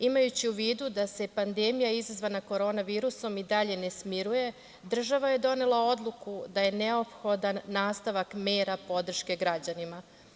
Imajući u vidu da se pandemija izazvana korona virusom i dalje ne smiruje država je donela odluku da je neophodan nastavak mera podrške građanima.